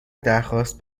درخواست